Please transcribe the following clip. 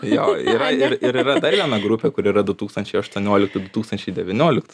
jo yra ir yra dar viena grupė kuri yra du tūkstančiai aštuonioliktų du tūkstančiai devynioliktų